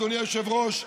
אדוני היושב-ראש,